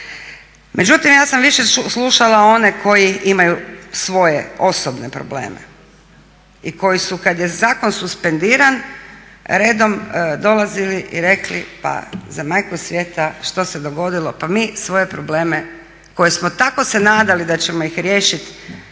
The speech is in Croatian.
Međutim, ja sam više slušale one koji imaju svoje osobne probleme i koji su kad je zakon suspendiran redom dolazili i rekli pa za majku svijetu što se dogodilo, pa mi svoje probleme koje smo tako se nadali da ćemo ih riješit